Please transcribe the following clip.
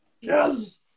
Yes